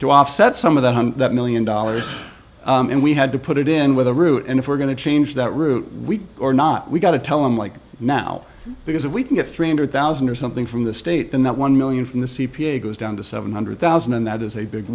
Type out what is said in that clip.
to offset some of the one million dollars and we had to put it in with a route and if we're going to change that route we are not we got to tell them like now because if we can get three hundred thousand or something from the state and that one million from the c p a goes down to seven hundred thousand and that is a big